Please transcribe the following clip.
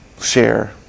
share